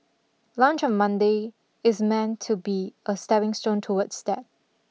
lunch on Monday is meant to be a stepping stone towards that